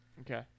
Okay